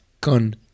Con